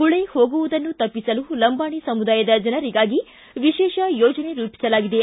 ಗುಳಿ ಹೋಗುವುದನ್ನು ತಪ್ಪಿಸಲು ಲಂಬಾಣಿ ಸಮುದಾಯದ ಜನರಿಗಾಗಿ ವಿಶೇಷ ಯೋಜನೆ ರೂಪಿಸಲಾಗಿದೆ